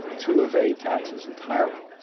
to evade taxes entirely.